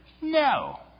No